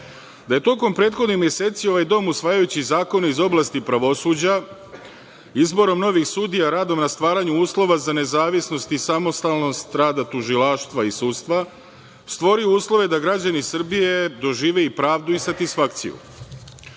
da je tokom prethodnih meseci ovaj dom usvajajući zakone iz oblasti pravosuđa, izborom novih sudija, radom na stvaranju uslova za nezavisnost i samostalnost rada tužilaštva i sudstva, stvorio uslove da građani Srbije dožive i pravdu i satisfakciju. Stvoreni